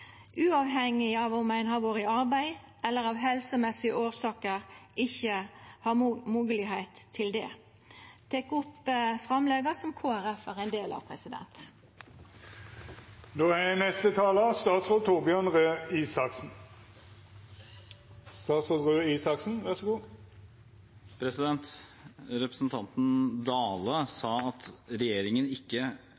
uavhengig av om ein har vore i arbeid eller av helsemessige årsaker ikkje har hatt moglegheit til det. Representanten Dale